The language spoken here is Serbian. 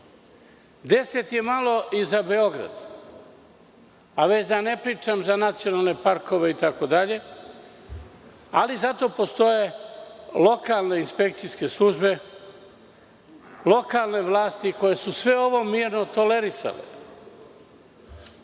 je malo i za Beograd, a već da ne pričam za nacionalne parkove, itd, ali zato postoje lokalne inspekcijske službe, lokalne vlasti koje su sve ovo mirno tolerisale. Ne